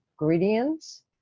ingredients